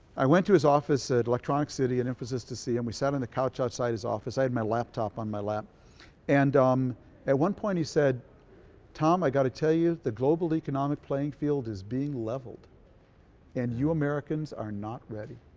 i went to his office at electronics city in infosys to see him we sat on the couch outside his office. i had my laptop on my lap and um at one point he said tom i got to tell you the global economic playing field is being levelled and you americans are not ready.